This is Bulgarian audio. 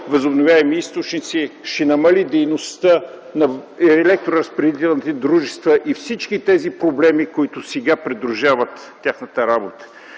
възобновяеми източници, ще намали дейността на електроразпределителните дружества и всички тези проблеми, които сега придружават тяхната работа.